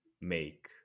make